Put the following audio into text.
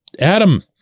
Adam